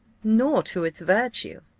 nor to its virtue,